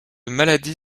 maladie